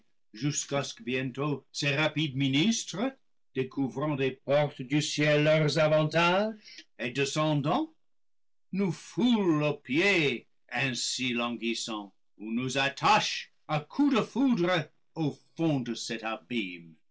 jusqu'à ce que bientôt ses rapides ministres découvrant des portes du ciel leurs avantages et descendant nous foulent aux pieds ainsi languissants ou nous attachent à coups de foudre au fond de cet abîme